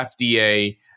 FDA